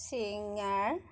চিংৰা